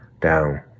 down